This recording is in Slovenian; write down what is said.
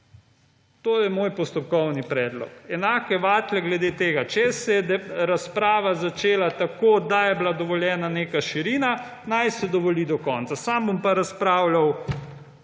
To je moj postopkovni predlog, enake vatle glede tega. Če se je razprava začela tako, da je bila dovoljena neka širina, naj se dovoli do konca. Sam bom pa razpravljal